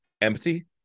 empty